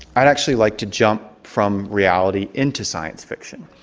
i'd actually like to jump from reality into science fiction.